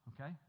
Okay